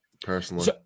personally